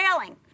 failing